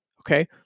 Okay